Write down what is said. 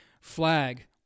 flag